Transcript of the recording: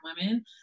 women